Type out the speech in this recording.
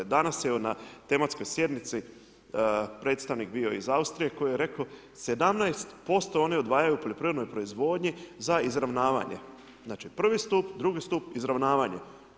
Danas je evo na tematskoj sjednici predstavnik bio iz Austrije koji je rekao 17% oni odvajaju u poljoprivrednoj proizvodnji za izravnavanje, znači prvi stup, drugi stup, izravnavanje.